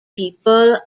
people